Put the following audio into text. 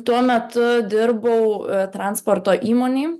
tuo metu dirbau transporto įmonėj